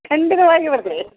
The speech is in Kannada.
ಖಂಡಿತವಾಗಿ ಬರ್ತೀವಿ